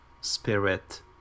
Spirit